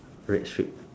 red strip